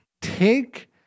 Take